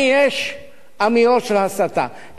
אין דבר כזה, שאיש לא יאמר "לא התכוונתי".